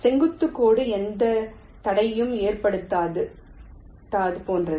செங்குத்து கோடு எந்த தடையும் ஏற்படாதது போன்றது